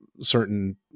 certain